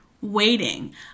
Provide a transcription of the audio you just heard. waiting